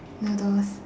noodles